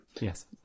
yes